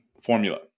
formula